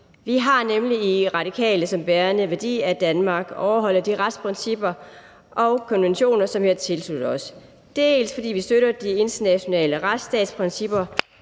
Vi har nemlig i Radikale som bærende værdi, at Danmark overholder de retsprincipper og konventioner, som vi har tilsluttet os, dels fordi vi støtter de internationale retsstatsprincipper,